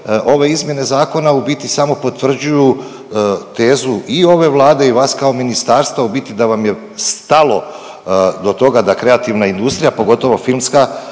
ove izmjene zakona u biti samo potvrđuju tezu i ove Vlade i vas kao ministarstva u biti da vam je stalo do toga da kreativna industrija pogotovo filmska